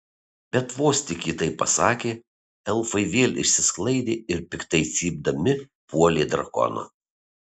bet vos tik ji tai pasakė elfai vėl išsisklaidė ir piktai cypdami puolė drakoną